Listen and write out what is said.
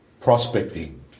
prospecting